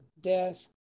desk